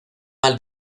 mal